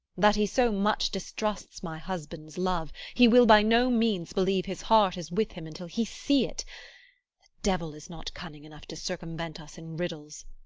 that he so much distrusts my husband's love, he will by no means believe his heart is with him until he see it the devil is not cunning enough to circumvent us in riddles.